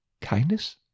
Kindness